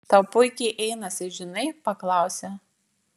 tau puikiai einasi žinai paklausė